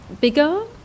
bigger